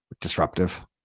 disruptive